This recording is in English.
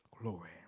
Glory